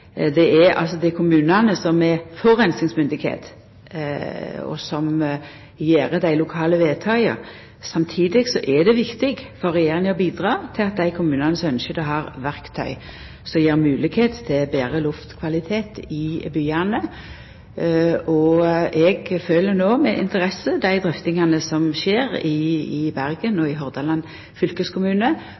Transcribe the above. Det er kommunane som er forureiningsmyndigheit, og som gjer dei lokale vedtaka. Samtidig er det viktig for Regjeringa å bidra til at dei kommunane som ynskjer det, har verkty som gjev moglegheit til betre luftkvalitet i byane. Eg følgjer no med interesse dei drøftingane som skjer i Bergen og i Hordaland fylkeskommune